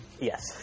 Yes